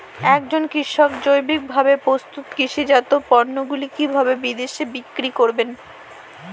একজন কৃষক জৈবিকভাবে প্রস্তুত কৃষিজাত পণ্যগুলি কিভাবে বিদেশে বিক্রি করবেন?